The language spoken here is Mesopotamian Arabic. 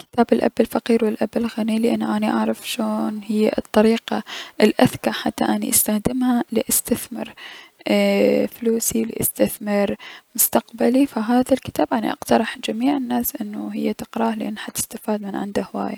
كتاب الأب الغني و الأب الفقير لأن اني اعرف شنو هي الطريقة الأذكى حتى استخدمها لأستثمر اي فلوسي لأستثمرمستقبلي فهذا الكتاب اني اقترح جميع الناس انو تقراه لأن راح تستفاد من عنده هواية.